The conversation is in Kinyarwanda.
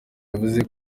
yavuze